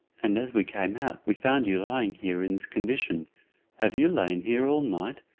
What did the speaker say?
and as we came out we found you lying here in this condition have you lain here all night?